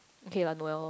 okay lah Noel